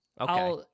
Okay